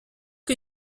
que